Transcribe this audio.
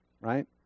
right